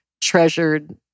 treasured